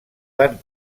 van